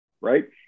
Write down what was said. right